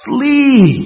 Flee